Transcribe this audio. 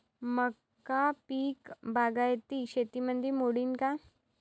मका पीक बागायती शेतीमंदी मोडीन का?